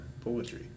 poetry